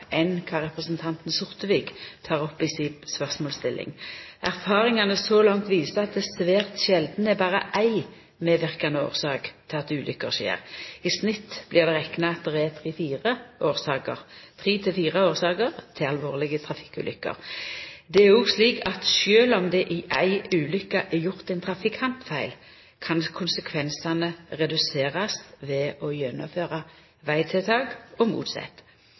enn kva representanten Sortevik tek opp i si spørsmålsstilling. Erfaringane så langt viser at det svært sjeldan er berre éi medverkande årsak til at ulukker skjer. I snitt blir det rekna at det er tre–fire årsaker til alvorlege trafikkulukker. Det er òg slik at sjølv om det i ei ulukke er gjort ein trafikantfeil, kan konsekvensane reduserast ved å gjennomføra vegtiltak og motsett.